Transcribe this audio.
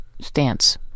stance